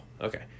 okay